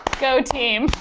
go team!